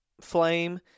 flame